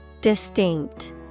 Distinct